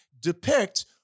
depict